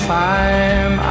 time